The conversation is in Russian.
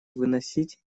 выносить